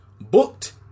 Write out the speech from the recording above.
Booked